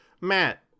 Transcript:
Matt